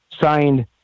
signed